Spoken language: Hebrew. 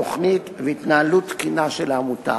התוכנית והתנהלות תקינה של העמותה.